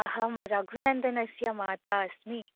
अहं रघुनन्दनस्य माता अस्मि